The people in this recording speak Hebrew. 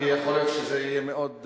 יכול להיות שזה יהיה מאוד,